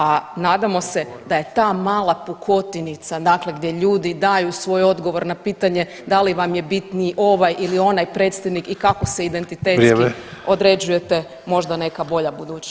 A nadamo se da je ta mala pukotinica dakle gdje ljudi daju svoj odgovor na pitanje da li vam je bitniji ovaj ili onaj predstavnik i kako se identitetski [[Upadica Sanader: vrijeme.]] određujete možda neka bolja budućnost.